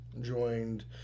joined